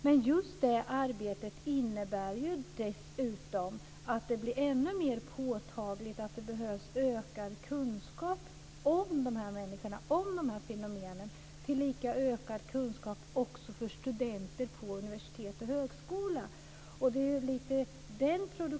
Men just detta arbete innebär ju dessutom att det blir ännu mer påtagligt att det behövs ökad kunskap om dessa människor tillika hos studenter på universitet och högskola.